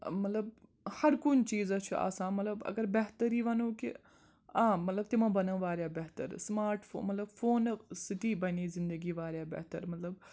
مطلب ہَر کُنہِ چیٖزس چھُ آسان مطلب اگر بہتری وَنو کہِ آ مطلب تِمو بَنٲو واریاہ بہتر سماٹ فو مطلب فونَو سۭتی بَنے زِندگی واریاہ بہتر مطلب